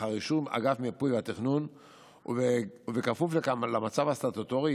לאחר אישור אגף המיפוי והתכנון ובכפוף למצב הסטטוטורי.